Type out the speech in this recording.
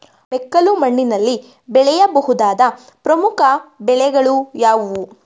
ಮೆಕ್ಕಲು ಮಣ್ಣಿನಲ್ಲಿ ಬೆಳೆಯ ಬಹುದಾದ ಪ್ರಮುಖ ಬೆಳೆಗಳು ಯಾವುವು?